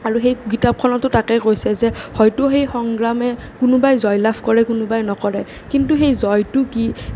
আৰু সেই কিতাপখনতো তাকেই কৈছে যে হয়তো সেই সংগ্ৰামেই কোনোবাই জয়লাভ কৰে কোনোবাই নকৰে কিন্তু সেই জয়টো কি